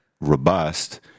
robust